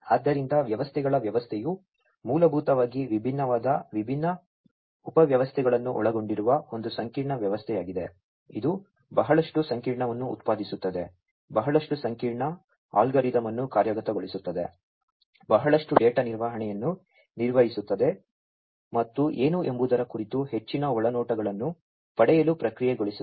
ಆದ್ದರಿಂದ ವ್ಯವಸ್ಥೆಗಳ ವ್ಯವಸ್ಥೆಯು ಮೂಲಭೂತವಾಗಿ ವಿಭಿನ್ನವಾದ ವಿಭಿನ್ನ ಉಪವ್ಯವಸ್ಥೆಗಳನ್ನು ಒಳಗೊಂಡಿರುವ ಒಂದು ಸಂಕೀರ್ಣ ವ್ಯವಸ್ಥೆಯಾಗಿದೆ ಇದು ಬಹಳಷ್ಟು ಸಂಕೀರ್ಣವನ್ನು ಉತ್ಪಾದಿಸುತ್ತದೆ ಬಹಳಷ್ಟು ಸಂಕೀರ್ಣ ಅಲ್ಗಾರಿದಮ್ ಅನ್ನು ಕಾರ್ಯಗತಗೊಳಿಸುತ್ತದೆ ಬಹಳಷ್ಟು ಡೇಟಾ ನಿರ್ವಹಣೆಯನ್ನು ನಿರ್ವಹಿಸುತ್ತದೆ ಮತ್ತು ಏನು ಎಂಬುದರ ಕುರಿತು ಹೆಚ್ಚಿನ ಒಳನೋಟಗಳನ್ನು ಪಡೆಯಲು ಪ್ರಕ್ರಿಯೆಗೊಳಿಸುತ್ತದೆ